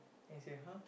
then he say !huh!